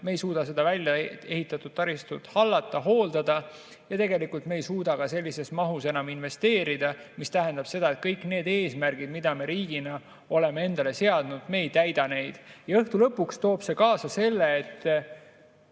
me ei suuda seda väljaehitatud taristut hallata, hooldada, ja tegelikult me ei suuda ka sellises mahus enam investeerida. See tähendab seda, et kõiki neid eesmärke, mida me riigina oleme endale seadnud, me ei täida. Õhtu lõpuks toob see kaasa selle, et